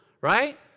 Right